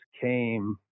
came